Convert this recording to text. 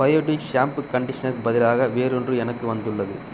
Biotique shampoo கன்டிஷனருக்குப் பதிலாக வேறொன்று எனக்கு வந்துள்ளது